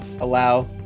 allow